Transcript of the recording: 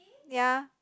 ya